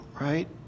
right